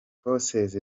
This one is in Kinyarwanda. forces